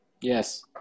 Yes